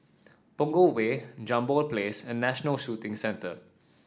Punggol Way Jambol Place and National Shooting Centre